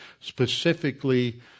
specifically